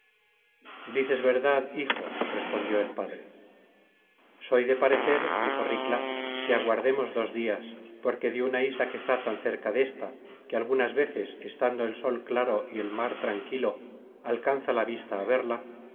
dices verdad hijo respondió el padre soy de parecer dijo ricla que aguardemos dos dias porque de una isla que está tan cerca desta que algunas veces estando el sol claro y el mar tranquilo alcanza la vista á verla